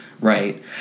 right